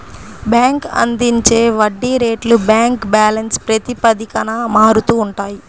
bank అందించే వడ్డీ rates bank balance ప్రాతిపదికన మారుతూ ఉంటాయి